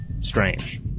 Strange